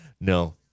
No